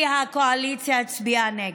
כי הקואליציה הצביעה נגד,